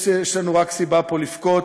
יש לנו פה רק סיבה לבכות.